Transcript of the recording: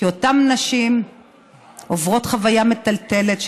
כי אותן נשים עוברות חוויה מטלטלת,